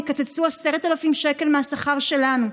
יקצצו 10,000 שקל מהשכר שלנו,